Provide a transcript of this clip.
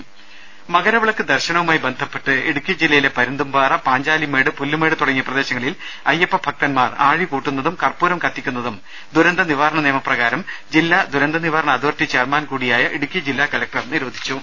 ് മകരവിളക്ക് ദർശനവുമായി ബന്ധപ്പെട്ട് ഇടുക്കി ജില്ലയില പരുന്തുംപാറ പാഞ്ചാലിമേട് പുല്ലുമേട് തുടങ്ങിയ പ്രദേശങ്ങളിൽ അയ്യപ്പഭക്തൻമാർ ആഴികൂട്ടുന്നതും കർപ്പൂരം കത്തിക്കുന്നതും ദുരന്ത നിവാരണ നിയമപ്രകാരം ജില്ലാ ദുരന്തനിവാരണ അതോറ്റിറി ചെയർമാൻ കൂടിയായ ഇടുക്കി ജില്ലാ കലക്ടർ നിരോധിച്ചു